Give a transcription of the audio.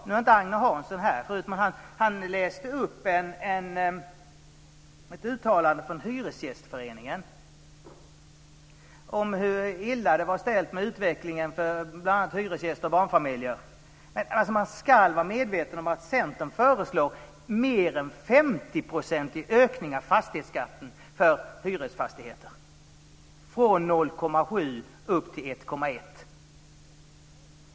Nu är inte Agne Hansson här, men han läste upp ett uttalande från Hyresgästföreningen om hur illa det var ställt med utvecklingen för bl.a. hyresgäster och barnfamiljer. Men man ska vara medveten om att Centern föreslår mer än en 50-procentig ökning av fastighetsskatten för hyresfastigheter, från 0,7 % till 1,1 %.